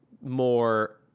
more